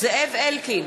זאב אלקין,